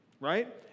right